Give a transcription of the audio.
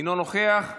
אינו נוכח.